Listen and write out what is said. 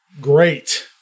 Great